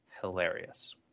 hilarious